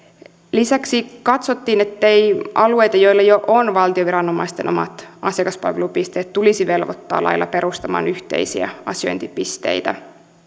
lisäksi katsottiin ettei alueita joilla jo on valtion viranomaisten omat asiakaspalvelupisteet tulisi velvoittaa lailla perustamaan yhteisiä asiointipisteitä